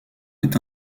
est